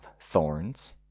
thorns